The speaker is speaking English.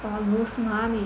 !wah! lose money ah